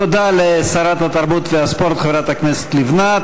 תודה לשרת התרבות והספורט חברת הכנסת לבנת.